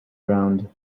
ground